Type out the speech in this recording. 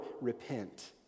repent